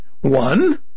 One